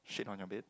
shit on your bed